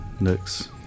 looks